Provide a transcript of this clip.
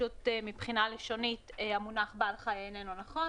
פשוט לשונית המונח "בעל חי" איננו נכון